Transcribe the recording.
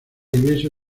iglesia